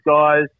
guys